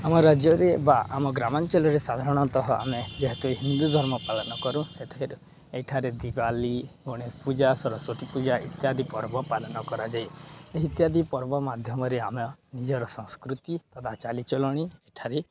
ଆମ ରାଜ୍ୟରେ ବା ଆମ ଗ୍ରାମାଞ୍ଚଳରେ ସାଧାରଣତଃ ଆମେ ଯେହେତୁ ହିନ୍ଦୁ ଧର୍ମ ପାଳନ କରୁ ସେଠାରେ ଏଠାରେ ଦୀପାବଳୀ ଗଣେଶ ପୂଜା ସରସ୍ଵତୀ ପୂଜା ଇତ୍ୟାଦି ପର୍ବ ପାଳନ କରାଯାଇଏ ଇତ୍ୟାଦି ପର୍ବ ମାଧ୍ୟମରେ ଆମେ ନିଜର ସଂସ୍କୃତି ତଥା ଚାଲିଚଳଣୀ ଏଠାରେ